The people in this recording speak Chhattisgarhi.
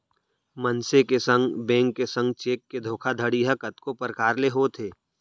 मनसे के संग, बेंक के संग चेक के धोखाघड़ी ह कतको परकार ले होथे